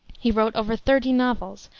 he wrote over thirty novels,